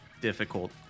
difficult